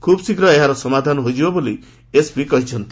ଖୁବ୍ଶୀଘ୍ର ଏହାର ସମାଧାନ ହୋଇଯିବ ବୋଲି ଏସ୍ପି କହିଛନ୍ତି